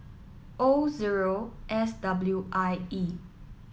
O zero S W I E